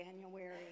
January